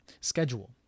Schedule